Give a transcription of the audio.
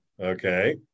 Okay